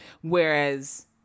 Whereas